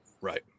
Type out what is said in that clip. Right